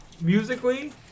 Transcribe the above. musically